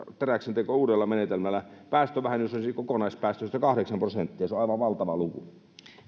teräksen teko uudella menetelmällä että päästövähennys olisi kokonaispäästöstä kahdeksan prosenttia se on aivan valtava luku